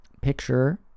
picture